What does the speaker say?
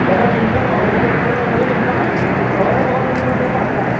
चलो लिम्का पाई ओड़ी ई इक्क लिम्का होर होर दस्सो होर केह् पाचै